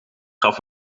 gaf